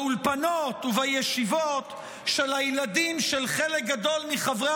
באולפנות ובישיבות של הילדים של חלק גדול מחברי